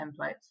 templates